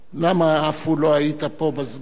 למה, עפו, לא היית פה בזמן?